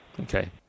okay